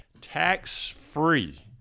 Tax-free